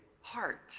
heart